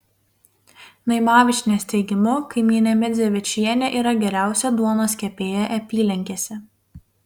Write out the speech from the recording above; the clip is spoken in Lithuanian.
naimavičienės teigimu kaimynė medzevičienė yra geriausia duonos kepėja apylinkėse